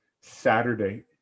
Saturday